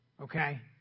okay